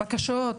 בקשות.